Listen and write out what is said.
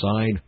side